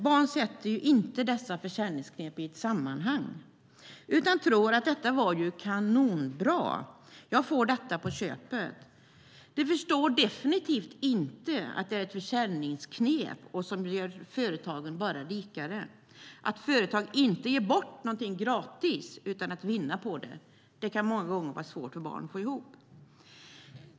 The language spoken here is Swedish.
Barn sätter ju inte dessa försäljningsknep i ett sammanhang utan tror att det är kanonbra att de får något på köpet. De förstår definitivt inte att det är ett försäljningsknep som bara gör företaget rikare. Att företag inte ger bort något utan att vinna på det kan många gånger vara svårt för barn att förstå.